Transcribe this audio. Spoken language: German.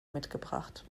mitgebracht